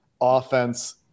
offense